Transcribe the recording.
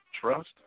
trust